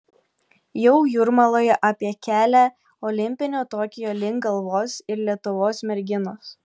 jau jūrmaloje apie kelią olimpinio tokijo link galvos ir lietuvos merginos